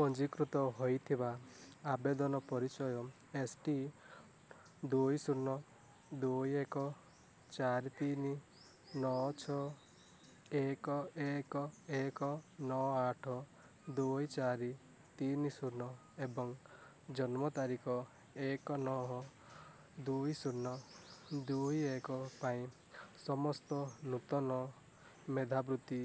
ପଞ୍ଜୀକୃତ ହୋଇଥିବା ଆବେଦନ ପରିଚୟ ଏସ୍ ଟି ଦୁଇ ଶୂନ ଦୁଇ ଏକ ଚାରି ତିନି ନଅ ଛଅ ଏକ ଏକ ଏକ ନଅ ଆଠ ଦୁଇ ଚାରି ତିନି ଶୂନ ଏବଂ ଜନ୍ମତାରିଖ ଏକ ନଅ ଦୁଇ ଶୂନ ଦୁଇ ଏକ ପାଇଁ ସମସ୍ତ ନୂତନ ମେଧାବୃତ୍ତି